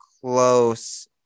close